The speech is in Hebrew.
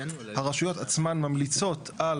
הרשויות עצמן ממליצות על